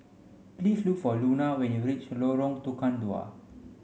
please look for Luna when you reach Lorong Tukang Dua